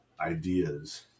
ideas